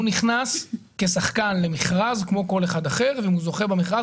הוא נכנס כשחקן למכרז כמו כל אחד אחר ואם הוא זוכה במכרז,